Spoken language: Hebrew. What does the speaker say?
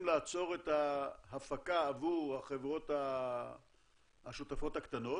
לעצור את ההפקה עבור החברות השותפות הקטנות,